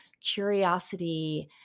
curiosity